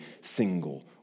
single